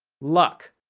luck.